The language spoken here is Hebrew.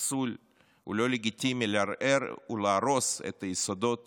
פסול ולא לגיטימי לערער ולהרוס את היסודות